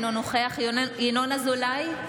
אינו נוכח ינון אזולאי,